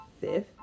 fifth